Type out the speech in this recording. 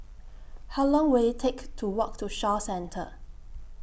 How Long Will IT Take to Walk to Shaw Centre